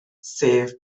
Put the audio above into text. sef